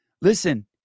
Listen